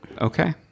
Okay